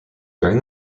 during